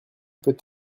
peut